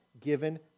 given